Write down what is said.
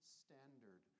standard